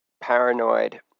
paranoid